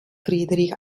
friedrich